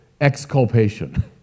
exculpation